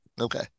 Okay